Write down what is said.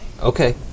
Okay